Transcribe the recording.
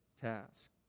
task